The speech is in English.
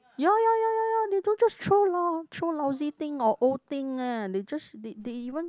ya ya ya ya ya they don't just throw lo~ throw lousy thing or old thing ah they just they they even